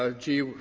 ah gee,